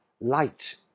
light